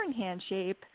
handshape